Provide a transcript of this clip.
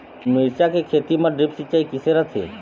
मिरचा के खेती म ड्रिप सिचाई किसे रथे?